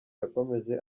yakomeje